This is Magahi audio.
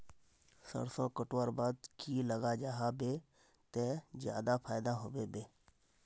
सरसों कटवार बाद की लगा जाहा बे ते ज्यादा फायदा होबे बे?